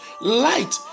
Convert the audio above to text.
light